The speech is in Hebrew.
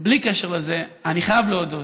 בלי קשר לזה, אני חייב להודות,